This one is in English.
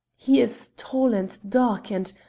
he is tall and dark, and,